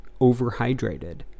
overhydrated